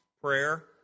prayer